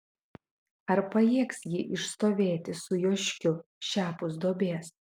ar pajėgs ji išstovėti su joškiu šiapus duobės